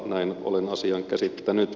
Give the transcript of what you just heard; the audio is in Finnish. näin olen asian käsittänyt